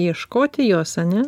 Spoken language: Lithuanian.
ieškoti jos ane